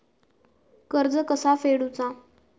कर्ज कसा फेडुचा?